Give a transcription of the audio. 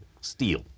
steel